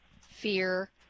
fear